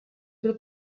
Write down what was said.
byl